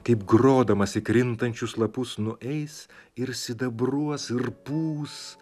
kaip grodamas į krintančius lapus nueis ir sidabruos ir pūs